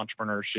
entrepreneurship